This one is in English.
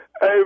Hey